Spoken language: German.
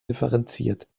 differenziert